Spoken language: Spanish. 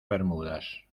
bermudas